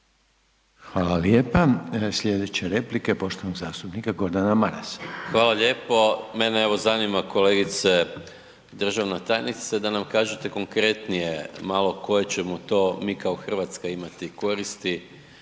Hvala lijepa. Sljedeća replika je poštovanog zastupnika Gordana Marasa. **Maras, Gordan (SDP)** Hvala lijepo. Mene evo zanima kolegice državna tajnice da nam kažete konkretnije malo koje ćemo to mi kao Hrvatska imati koristi